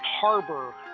harbor